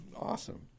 Awesome